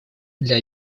для